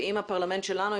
ואם הפרלמנט שלנו,